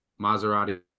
Maserati